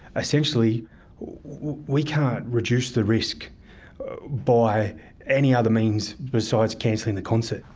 essentially we can't reduce the risk by any other means, besides canceling the concert.